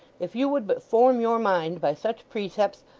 if you would but form your mind by such precepts,